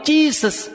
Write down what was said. Jesus